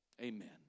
Amen